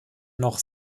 noch